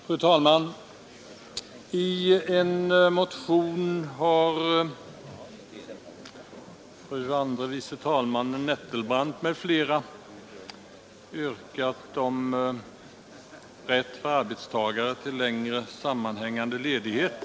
Fru talman! I en motion har fru andre vice talmannen Nettelbrandt m.fl. framfört yrkande om rätt för arbetstagare till längre sammanhängande ledighet.